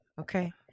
Okay